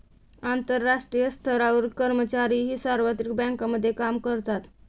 आंतरराष्ट्रीय स्तरावरील कर्मचारीही सार्वत्रिक बँकांमध्ये काम करतात